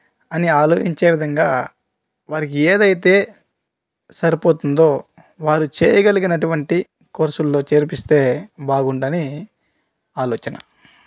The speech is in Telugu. అని ఆలోచించే విధంగా వారికి ఏదైతే సరిపోతుందో వారు చేయగలిగినటువంటి కోర్సుల్లో చేర్పిస్తే బాగుండని ఆలోచన